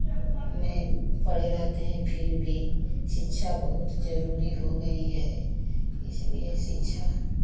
में पड़े रहते हैं फिर भी शिक्षा बहुत ज़रूरी हो गई है इसलिए शिक्षा